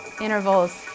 intervals